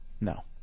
No